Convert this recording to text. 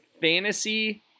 fantasy